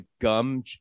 gum